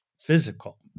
physical